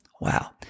Wow